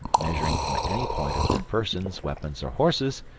measuring from any point of their persons, weapons, or horses,